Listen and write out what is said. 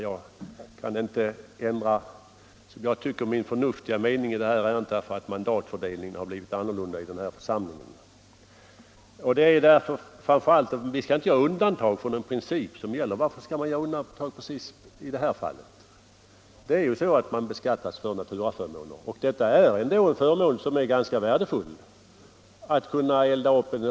Jag kan inte ändra min som jag tycker förnuftiga mening i denna fråga bara därför att mandatfördelningen i denna församling har blivit annorlunda. Vi skall inte göra undantag från de principer som gäller vid beskattningen. Man beskattas ju för naturaförmåner, och att ha fritt bränsle är ju en ganska värdefull förmån.